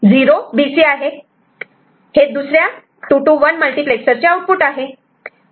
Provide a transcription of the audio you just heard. आता हे F हे दुसऱ्या 2 to 1 मल्टिप्लेक्सरर्च आउटपुट आहे